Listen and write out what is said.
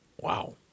Wow